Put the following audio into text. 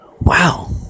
Wow